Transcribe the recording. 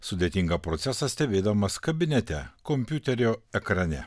sudėtingą procesą stebėdamas kabinete kompiuterio ekrane